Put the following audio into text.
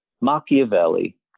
Machiavelli